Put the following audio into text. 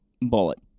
bullet